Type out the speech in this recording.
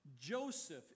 Joseph